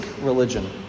religion